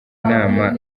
inama